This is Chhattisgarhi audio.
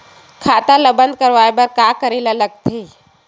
खाता ला बंद करवाय बार का करे ला लगथे?